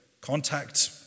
contact